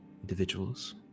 individuals